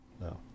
no